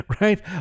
right